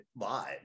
live